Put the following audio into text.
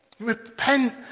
Repent